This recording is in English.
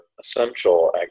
essential